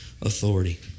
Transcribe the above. authority